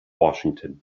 washington